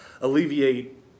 alleviate